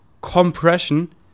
compression